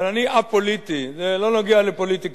אבל אני א-פוליטי, זה לא נוגע לפוליטיקה.